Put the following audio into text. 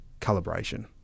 calibration